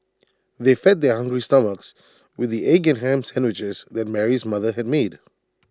they fed their hungry stomachs with the egg and Ham Sandwiches that Mary's mother had made